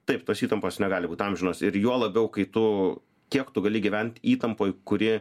taip tos įtampos negali būt amžinos ir juo labiau kai tu kiek tu gali gyvent įtampoj kuri